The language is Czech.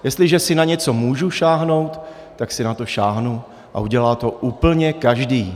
Jestliže si na něco můžu sáhnout, tak si na to sáhnu a udělá to úplně každý.